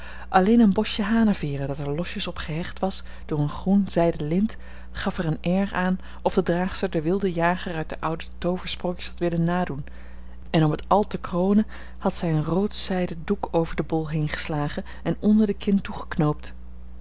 alleen een bosje haneveeren dat er losjes op gehecht was door een groen zijden lint gaf er een air aan of de draagster den wilden jager uit de oude tooversprookjes had willen nadoen en om het al te kronen had zij een roodzijden doek over den bol heengeslagen en onder de kin